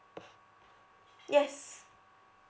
yes